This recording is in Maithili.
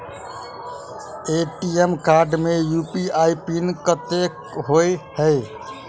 ए.टी.एम कार्ड मे यु.पी.आई पिन कतह होइ है?